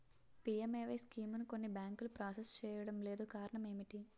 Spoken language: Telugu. పి.ఎం.ఎ.వై స్కీమును కొన్ని బ్యాంకులు ప్రాసెస్ చేయడం లేదు కారణం ఏమిటి?